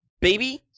baby